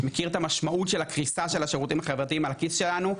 מכיר את המשמעות של הקריסה של השירותים החברתיים על הכיס שלנו.